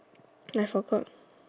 I forgot